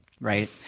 Right